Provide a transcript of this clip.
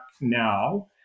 now